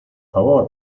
favor